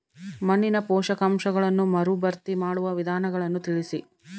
ಮಣ್ಣಿನ ಪೋಷಕಾಂಶಗಳನ್ನು ಮರುಭರ್ತಿ ಮಾಡುವ ವಿಧಾನಗಳನ್ನು ತಿಳಿಸಿ?